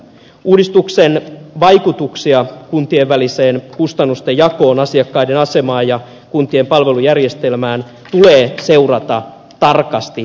uudistuksen vaikutuksia kuntien väliseen kustannusten jakoon asiakkaiden asemaan ja kuntien palvelujärjestelmään tulee seurata tarkasti